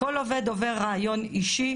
כל עובד עובר ראיון אישי,